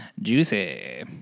Juicy